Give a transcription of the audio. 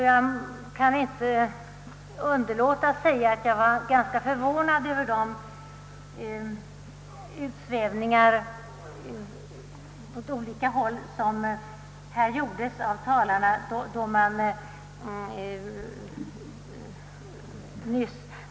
Jag kan inte underlåta att säga att jag var ganska förvånad över de utsvävningar åt olika håll som gjordes här nyss.